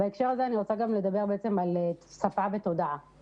אני רוצה לדבר על שפה ותודעה בהקשר הזה.